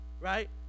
right